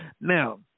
Now